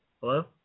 Hello